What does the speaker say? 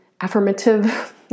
affirmative